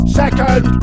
second